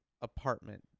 apartment